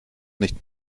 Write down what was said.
nicht